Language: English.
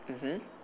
mmhmm